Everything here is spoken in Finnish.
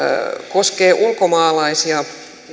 koskee ulkomaalaisia työntekijöitä